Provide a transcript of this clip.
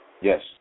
Yes